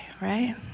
right